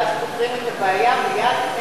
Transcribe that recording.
ואז פותרים את הבעיה מייד.